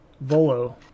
Volo